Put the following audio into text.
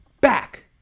back